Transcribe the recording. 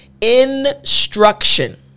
instruction